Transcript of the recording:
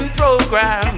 program